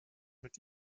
mit